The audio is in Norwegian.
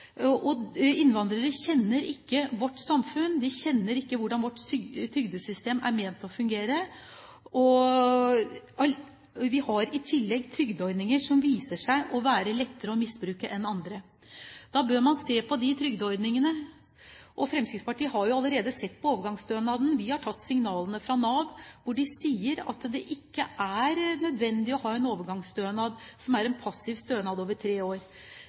betinget. Innvandrere kjenner ikke vårt samfunn. De kjenner ikke til hvordan vårt trygdesystem er ment å fungere. Vi har i tillegg trygdeordninger som viser seg å være lettere å misbruke enn andre ordninger. Da bør man se på de trygdeordningene. Fremskrittspartiet har allerede sett på overgangsstønaden. Vi har tatt signalene fra Nav, som sier at det ikke er nødvendig å ha en overgangsstønad, som er en passiv stønad over tre år.